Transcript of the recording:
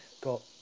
got